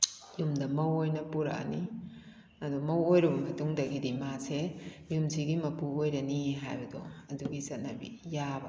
ꯌꯨꯝꯗ ꯃꯧ ꯑꯣꯏꯅ ꯄꯨꯔꯛꯂꯅꯤ ꯑꯗꯣ ꯃꯧ ꯑꯣꯏꯔꯕ ꯃꯇꯨꯡꯗꯒꯤꯗꯤ ꯃꯥꯁꯦ ꯌꯨꯝꯁꯤꯒꯤ ꯃꯄꯨ ꯑꯣꯏꯔꯅꯤ ꯍꯥꯏꯕꯗꯣ ꯑꯗꯨꯒꯤ ꯆꯠꯅꯕꯤ ꯌꯥꯕ